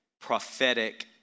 prophetic